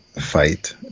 fight